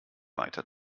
weiter